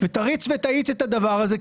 ותריץ ותאיץ את הדבר הזה,